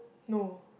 no